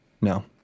No